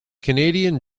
canadian